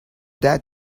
that